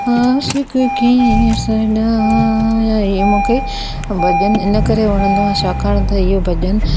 आशिकु कीअं सॾायां ही मूंखे भजन इन करे वणंदो आहे छाकाणि त इहो भजन